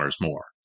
more